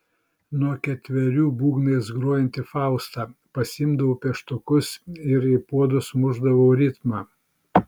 nuo ketverių būgnais grojanti fausta pasiimdavau pieštukus ir į puodus mušdavau ritmą